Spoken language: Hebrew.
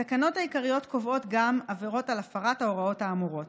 התקנות העיקריות קובעות גם עבירות על הפרת ההוראות האמורות.